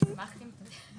מדובר בהוראה המרכזית,